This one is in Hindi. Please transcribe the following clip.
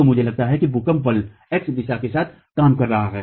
तो मुझे लगता है कि भूकंप बल x दिशा के साथ काम कर रहा है